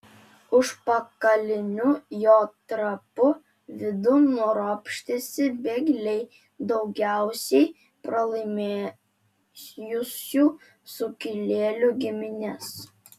užpakaliniu jo trapu vidun ropštėsi bėgliai daugiausiai pralaimėjusių sukilėlių giminės